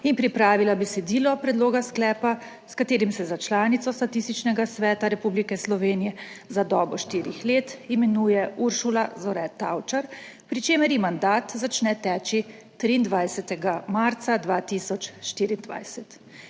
in pripravila besedilo predloga sklepa, s katerim se za članico Statističnega sveta Republike Slovenije za dobo štirih let imenuje Uršula Zore Tavčar, pri čemer ji mandat začne teči 23. marca 2024.